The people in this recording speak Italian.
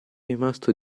rimasto